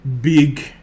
big